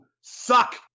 suck